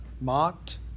Mocked